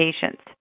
patients